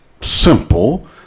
simple